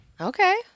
Okay